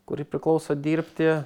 kurį priklauso dirbti